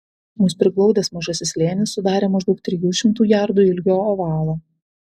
mus priglaudęs mažasis slėnis sudarė maždaug trijų šimtų jardų ilgio ovalą